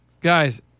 Guys